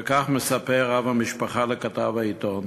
וכך מספר אב המשפחה לכתב העיתון: